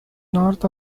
north